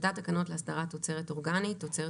טיוטת תקנות להסדרת תוצרת אורגנית (תוצרת